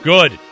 Good